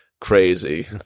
crazy